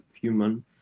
human